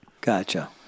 Gotcha